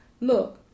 look